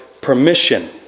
permission